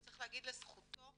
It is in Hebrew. וצריך להגיד לזכותו,